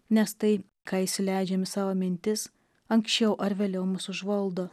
nes tai ką įsileidžiam į savo mintis anksčiau ar vėliau mus užvaldo